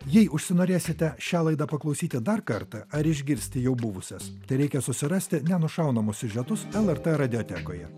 jei užsinorėsite šią laidą paklausyti dar kartą ar išgirsti jau buvusias tereikia susirasti nenušaunamus siužetus lrt radiotekoje